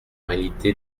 réalité